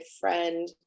friend